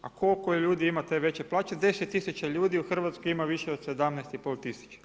A koliko ljudi ima te veće plaće, 10 tisuća ljudi u Hrvatskoj ima više od 17,5 tisuća.